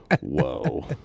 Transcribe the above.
Whoa